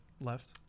left